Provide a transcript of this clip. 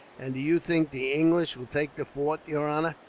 and do you think the english will take the fort, yer honor?